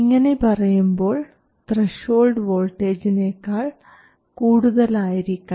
ഇങ്ങനെ പറയുമ്പോൾ VGS threshold വോൾട്ടേജിനേക്കാൾ threshold voltage VT കൂടുതലായിരിക്കണം